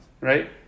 right